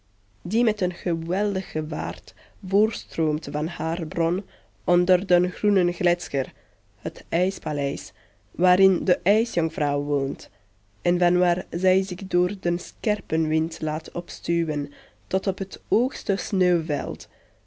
die met een geweldige vaart voortstroomt van haar bron onder den groenen gletscher het ijspaleis waarin de ijsjonkvrouw woont en vanwaar zij zich door den scherpen wind laat opstuwen tot op het hoogste